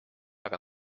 aga